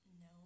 No